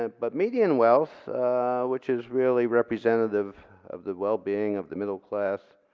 ah but median wealth which is really representative of the well-being of the middle class